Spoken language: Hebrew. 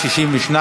סימן ג',